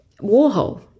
Warhol